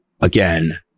again